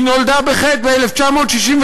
היא נולדה בחטא ב-1968,